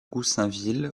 goussainville